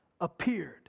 appeared